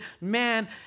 man